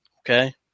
okay